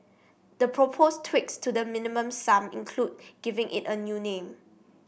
the proposed tweaks to the Minimum Sum include giving it a new name